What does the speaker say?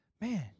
man